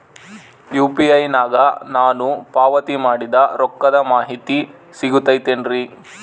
UPI ನಾಗ ನಾನು ಪಾವತಿ ಮಾಡಿದ ರೊಕ್ಕದ ಮಾಹಿತಿ ಸಿಗುತೈತೇನ್ರಿ?